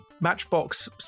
Matchbox